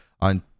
on